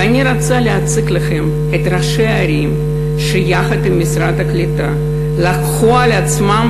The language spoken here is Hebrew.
ואני רוצה להציג לכם את ראשי הערים שיחד עם משרד הקליטה לקחו על עצמם